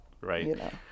Right